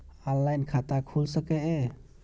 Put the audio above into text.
Online खाता खुल सके ये?